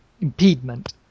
impediment